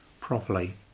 properly